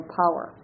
power